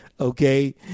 Okay